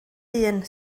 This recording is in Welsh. hun